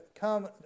come